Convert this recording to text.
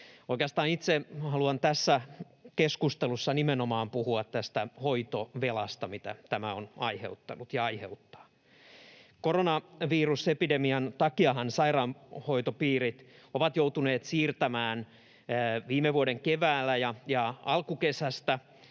Oikeastaan itse haluan tässä keskustelussa nimenomaan puhua tästä hoitovelasta, mitä tämä on aiheuttanut ja aiheuttaa. Koronavirusepidemian takiahan sairaanhoitopiirit ovat joutuneet siirtämään viime vuoden keväällä ja alkukesästä